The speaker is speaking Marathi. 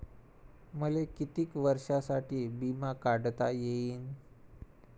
मले कितीक वर्षासाठी बिमा काढता येईन?